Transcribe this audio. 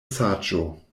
saĝo